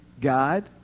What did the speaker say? God